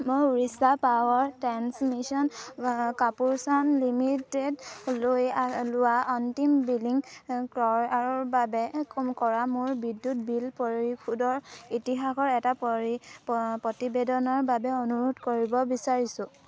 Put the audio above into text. মই Orissa power transmission corporation লিমিটেডলৈ যোৱা অন্তিম বিলিং চক্ৰৰ বাবে কৰা মোৰ বিদ্যুৎ বিল পৰিশোধৰ ইতিহাসৰ এটা প্ৰতিবেদনৰ বাবে অনুৰোধ কৰিব বিচাৰিছোঁ